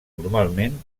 normalment